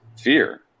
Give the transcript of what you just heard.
fear